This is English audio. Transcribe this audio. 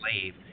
slave